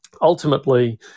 ultimately